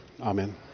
Amen